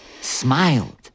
smiled